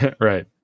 Right